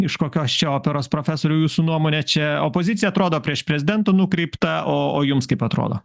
iš kokios čia operos profesoriau jūsų nuomone čia opozicija atrodo prieš prezidentą nukreipta o jums kaip atrodo